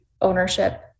ownership